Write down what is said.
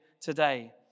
today